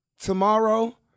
Tomorrow